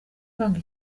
kwanga